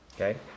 Okay